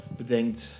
bedenkt